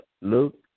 Luke